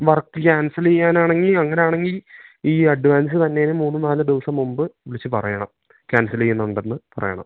work ക്യാൻസലെയ്യാനാണെങ്കി അങ്ങനാണെങ്കി ഈ അഡ്വാൻസ് തന്നേന് മൂന്ന് നാല് ദ്വസം മുമ്പ് വിളിച്ച് പറയണം ക്യാൻസലെയ്യ്ന്നുണ്ടെന്ന് പറയണം